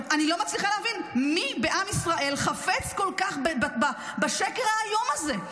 אני לא מצליחה להבין מי בעם ישראל חפץ כל כך בשקר האיום הזה.